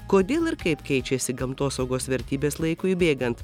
kodėl ir kaip keičiasi gamtosaugos vertybės laikui bėgant